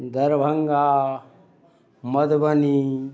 Darbhanga Madhubani